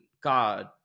God